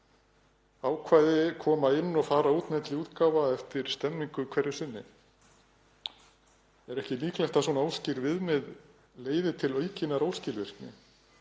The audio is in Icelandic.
Ákvæði koma inn og fara út eftir stemningu hverju sinni. Er ekki líklegt að svona óskýr viðmið leiði til aukinnar óskilvirkni,